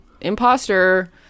Imposter